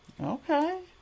Okay